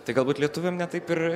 tai galbūt lietuviam ne taip ir